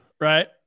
right